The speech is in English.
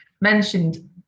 Mentioned